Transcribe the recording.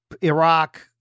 Iraq